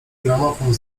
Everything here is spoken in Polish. gramofon